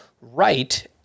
right